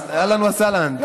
אז אהלן וסהלן,